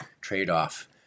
trade-off